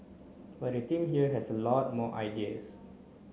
but the team here has a lot more ideas